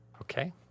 Okay